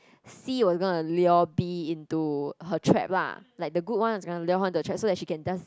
C was gonna lure B into her trap lah like the good one was kena lure her to trap so then she can does